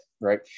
right